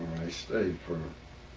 i stayed for